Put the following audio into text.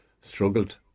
Struggled